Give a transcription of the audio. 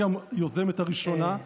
היא היוזמת הראשונה,